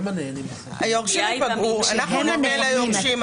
אם היורשים ייפגעו אנחנו נענה ליורשים,